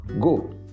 go